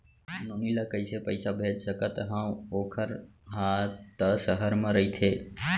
नोनी ल कइसे पइसा भेज सकथव वोकर हा त सहर म रइथे?